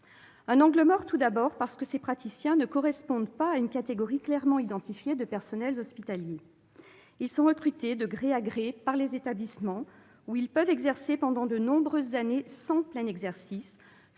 Un angle mort, tout d'abord, parce que ces praticiens ne correspondent pas à une catégorie clairement identifiée de personnels hospitaliers. Ils sont recrutés de gré à gré par les établissements où ils peuvent exercer pendant de nombreuses années sans plein exercice,